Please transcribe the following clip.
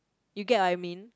you get what I mean